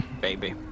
baby